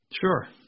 Sure